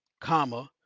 comma.